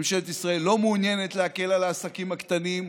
ממשלת ישראל לא מעוניינת להקל על העסקים הקטנים.